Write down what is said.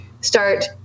start